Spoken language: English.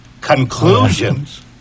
conclusions